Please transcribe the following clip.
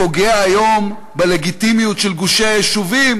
פוגע היום בלגיטימיות של גושי היישובים